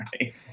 right